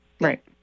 right